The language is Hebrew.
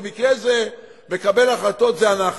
במקרה זה מקבלי החלטות זה אנחנו.